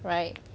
right